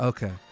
Okay